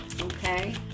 Okay